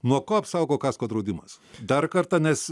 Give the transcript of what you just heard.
nuo ko apsaugo kasko draudimas dar kartą nes